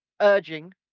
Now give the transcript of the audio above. urging